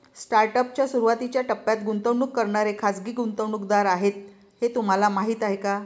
Startup च्या सुरुवातीच्या टप्प्यात गुंतवणूक करणारे खाजगी गुंतवणूकदार आहेत हे तुम्हाला माहीत आहे का?